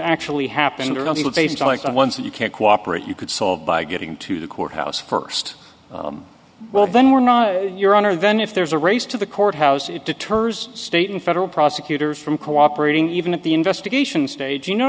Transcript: that you can't cooperate you could solve by getting to the courthouse first well then we're not your honor then if there's a race to the courthouse it deters state and federal prosecutors from cooperating even at the investigation stage you know